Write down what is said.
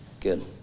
Good